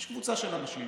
יש קבוצה של אנשים